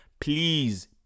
please